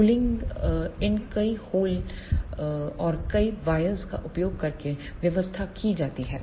cooling इन कई hole और कई वायर का उपयोग करके व्यवस्था की जाती है